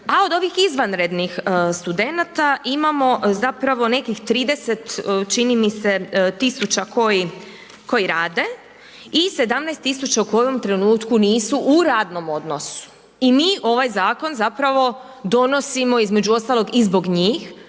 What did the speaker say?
a od ovih izvanrednih studenata imamo zapravo nekih 30 čini mi se tisuća koji rade i 17 tisuća u kojem trenutku nisu u radnom odnosu i mi ovaj zakon zapravo donosimo između ostaloga i zbog njih